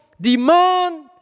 demand